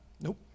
Nope